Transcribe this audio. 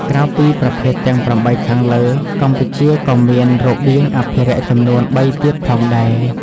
ក្រៅពីប្រភេទទាំង ៨ ខាងលើ កម្ពុជាក៏មានរបៀងអភិរក្សចំនួន ៣ ទៀតផងដែរ។